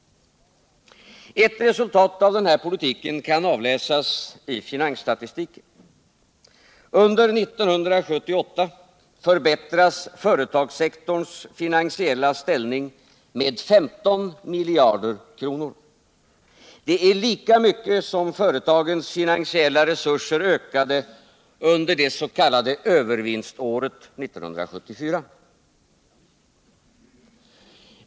Resultaten av den här politiken kan avläsas i finansstatistiken. Under 1978 förbättras företagssektorns finansiella ställning med 15 miljarder kronor. Det är lika mycket som företagens finansiella resurser ökade under det s.k. övervinståret 1974.